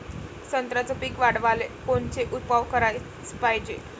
संत्र्याचं पीक वाढवाले कोनचे उपाव कराच पायजे?